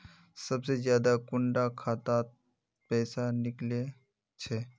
सबसे ज्यादा कुंडा खाता त पैसा निकले छे?